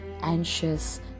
anxious